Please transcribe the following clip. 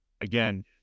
Again